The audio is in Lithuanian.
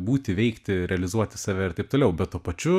būti veikti realizuoti save ir taip toliau bet tuo pačiu